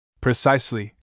Precisely